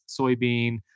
soybean